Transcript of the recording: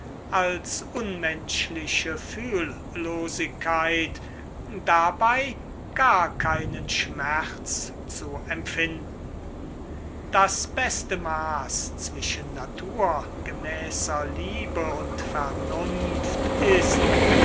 als unmenschliche fühllosigkeit dabei gar keinen zu empfinden das beste maß zwischen naturgemäßer liebe und vernunft ist